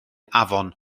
afon